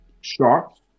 sharks